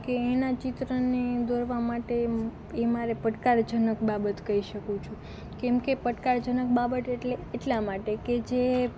કે એનાં ચિત્રને દોરવાં માટે એ મારે પડકારજનક બાબત કહી શકું છું કેમ કે પડકારજનક બાબત એટલે એટલાં માટે કે જે